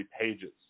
pages